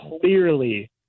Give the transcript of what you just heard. clearly –